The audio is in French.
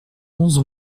onze